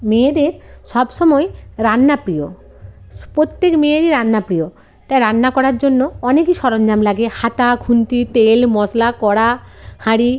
মেয়েদের সব সময় রান্না প্রিয় প্রত্যেক মেয়েরই রান্না প্রিয় তাই রান্না করার জন্য অনেকই সরঞ্জাম লাগে হাতা খুন্তি তেল মশলা কড়া হাঁড়ি